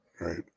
Right